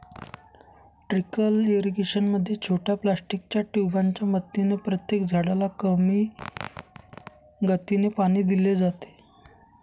trickle irrigation मध्ये छोट्या प्लास्टिकच्या ट्यूबांच्या मदतीने प्रत्येक झाडाला कमी गतीने पाणी दिले जाते